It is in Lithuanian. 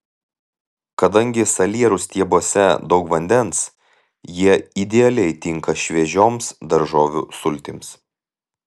kadangi salierų stiebuose daug vandens jie idealiai tinka šviežioms daržovių sultims